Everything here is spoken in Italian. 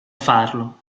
farlo